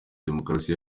demokarasi